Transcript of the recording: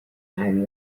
fallen